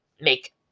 make